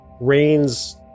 Rain's